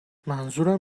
منظورم